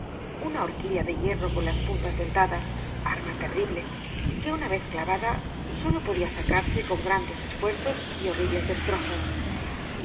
una horquilla de hierro con las puntas dentadas arma terrible que una vez clavada sólo podía sacarse con grandes esfuerzos y horribles destrozos